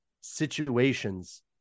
situations